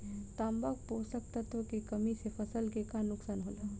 तांबा पोषक तत्व के कमी से फसल के का नुकसान होला?